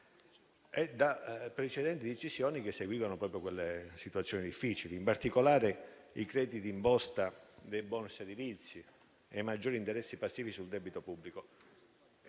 e da precedenti decisioni che seguivano proprio quelle situazioni difficili, in particolare, i crediti d'imposta dei *bonus* edilizi e i maggiori interessi passivi sul debito pubblico.